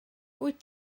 wyt